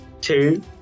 two